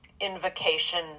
Invocation